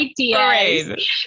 ideas